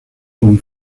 con